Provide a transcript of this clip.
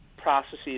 processes